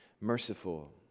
merciful